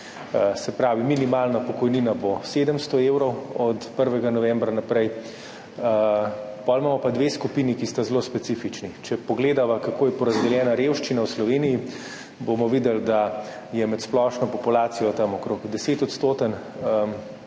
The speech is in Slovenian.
Se pravi, minimalna pokojnina bo 700 evrov od 1. novembra naprej. Potem imamo pa dve skupini, ki sta zelo specifični. Če pogledava, kako je porazdeljena revščina v Sloveniji, bomo videli, da je med splošno populacijo okrog 10-odstotno